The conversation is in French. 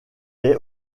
est